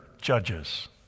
Judges